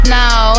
now